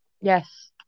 Yes